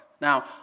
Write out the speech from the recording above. Now